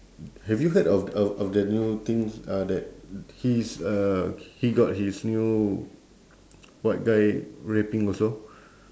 have you heard of of of the new things uh that his uh he got his new white guy rapping also